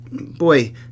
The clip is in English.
boy